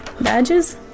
badges